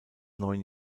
neuen